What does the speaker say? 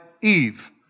Eve